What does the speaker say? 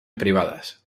privadas